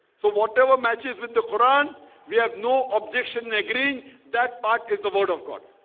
so whatever matches with the quran we have no objection agreeing that part is the word of god